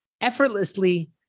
effortlessly